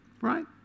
Right